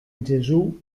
gesù